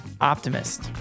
optimist